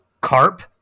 carp